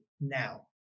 now